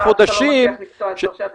--- שאתה לא מצליח לקטוע את שרשרת